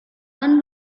one